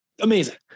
amazing